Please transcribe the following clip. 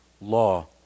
law